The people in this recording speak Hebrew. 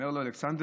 אומר לו אלכסנדר: